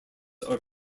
are